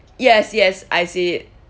yes yes I see it